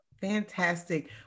Fantastic